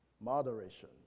Moderation